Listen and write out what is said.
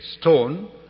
stone